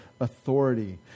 authority